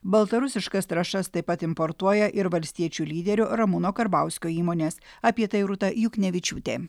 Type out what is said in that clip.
baltarusiškas trąšas taip pat importuoja ir valstiečių lyderio ramūno karbauskio įmonės apie tai rūta juknevičiūtė